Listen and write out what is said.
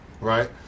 Right